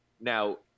Now